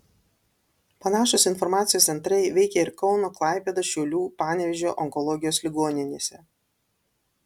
panašūs informacijos centrai veikė ir kauno klaipėdos šiaulių panevėžio onkologijos ligoninėse